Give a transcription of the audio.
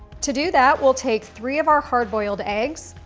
to do that, we'll take three of our hard boiled eggs,